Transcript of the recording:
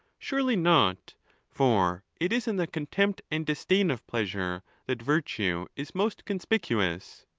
surely not for it is in the contempt and disdain of pleasure that virtue is most conspicuous.